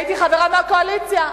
הייתי חברה בקואליציה,